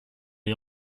est